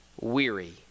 weary